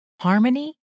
Harmony